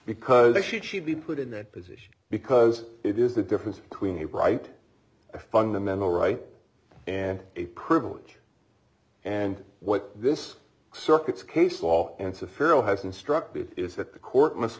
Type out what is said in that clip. because they should she be put in that position because it is the difference between a right a fundamental right and a privilege and what this circuit's case law into farrel has instructed is that the court must